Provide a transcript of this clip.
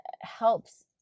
helps